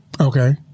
Okay